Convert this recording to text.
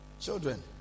Children